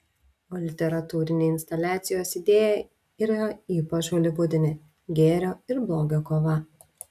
o literatūrinė instaliacijos idėja yra ypač holivudinė gėrio ir blogio kova